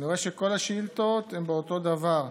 אני רואה שכל השאילתות הן באותו דבר.